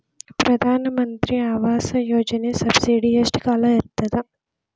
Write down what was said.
ಪ್ರಧಾನ ಮಂತ್ರಿ ಆವಾಸ್ ಯೋಜನಿ ಸಬ್ಸಿಡಿ ಎಷ್ಟ ಕಾಲ ಇರ್ತದ?